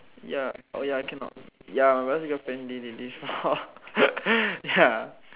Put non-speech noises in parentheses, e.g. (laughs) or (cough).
ya oh ya cannot ya my brother's girlfriend did it before (laughs) ya